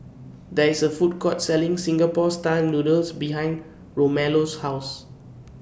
There IS A Food Court Selling Singapore Style Noodles behind Romello's House